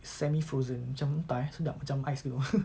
semi frozen macam entah sedap macam ice you know